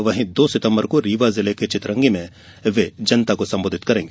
वहीं दो सितम्बर को रीवा जिले के चितरंगी में जनता को संबोधित करेंगे